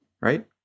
right